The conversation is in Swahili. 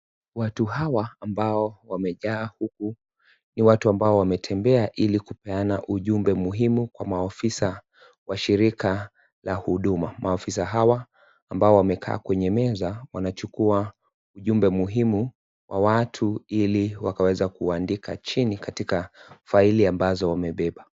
Watu hawa ambao wamejaa huku ni watu ambao wametembea ili kupeana ujumbe muhimu kwa maofisa wa shirika la Huduma. Maofisa hawa ambao wamekaa kwenye meza wanachukua ujumbe muhimu kwa watu ili wakaweze kuandika chini katika faili ambazo wamebeba.